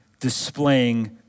displaying